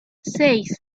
seis